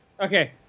Okay